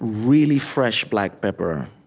really fresh black pepper